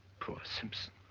poor simpson.